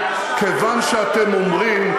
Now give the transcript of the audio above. כיוון שאתם אומרים,